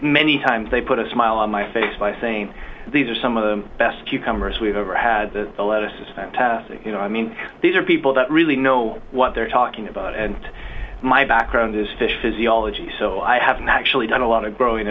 many times they put a smile on my face by saying these are some of the best cucumbers we've ever had a lot of this is fantastic you know i mean these are people that really know what they're talking about and my background is fish physiology so i haven't actually done a lot of growing